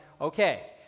okay